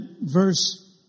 verse